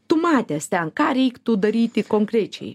tu matęs ten ką reiktų daryti konkrečiai